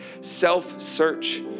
self-search